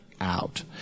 out